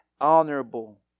honorable